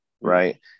right